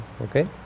okay